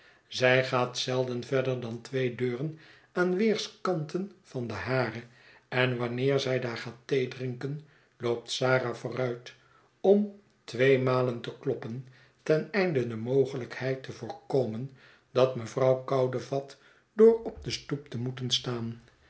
zij gaat zelden verder dan twee deuren aan weerskanten van de hare en wanneer zij daar gaat theedrinken loopt sara vooruit om tweemalen te kloppen ten einde de mogelijkheid te voorkomen dat mevrouw koude vat door op de stoep te moeten staan